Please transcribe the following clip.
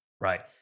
Right